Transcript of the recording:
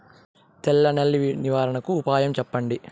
తెల్ల నల్లి నివారణకు ఉపాయం చెప్పండి?